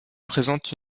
présente